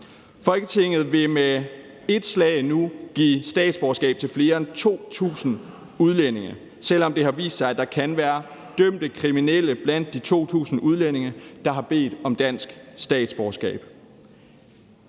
Folketinget vil med ét slag nu give statsborgerskab til flere end 2.000 udlændinge, selv om det har vist sig, at der kan være dømte kriminelle blandt de 2.000 udlændinge, der har bedt om dansk statsborgerskab.